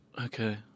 Okay